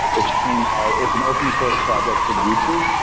which came out. it's an open source project from youtube,